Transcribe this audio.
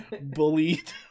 bullied